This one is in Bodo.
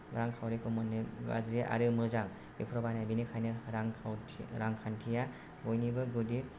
रांखावरिखौ मोन्नै गाज्रि आरो मोजां बेफोराव बाहायनाय जायो बेनिखायनो रांखान्थिया बयनिबो गुदि